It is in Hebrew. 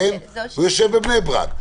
הוא יושב בבני ברק,